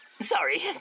Sorry